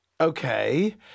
Okay